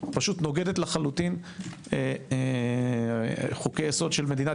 פשוט נוגדת לחלוטין חוקי יסוד של מדינת